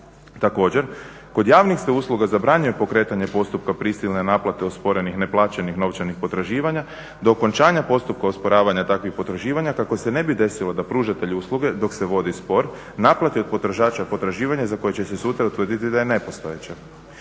Također, kod javnih se usluga zabranjuje pokretanje postupka prisilne naplate osporenih neplaćenih novčanih potraživanja do okončanja postupka osporavanja takvih potraživanja kako se ne bi desilo da pružatelj usluge dok se vodi spor naplati od potrošača potraživanje za koje će se sutra utvrdit da je nepostojeća.